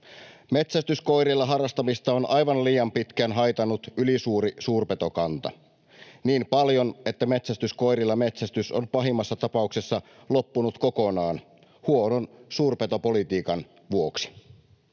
Metsästyskoirilla harrastamista on aivan liian pitkään haitannut ylisuuri suurpetokanta niin paljon, että metsästyskoirilla metsästys on pahimmassa tapauksessa loppunut kokonaan huonon suurpetopolitiikan vuoksi.